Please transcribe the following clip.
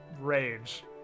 rage